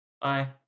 Bye